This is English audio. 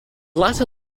latter